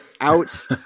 out